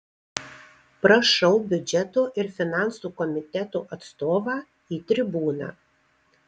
prašau biudžeto ir finansų komiteto atstovą į tribūną